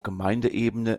gemeindeebene